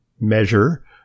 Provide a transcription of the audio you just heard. measure